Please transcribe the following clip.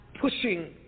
pushing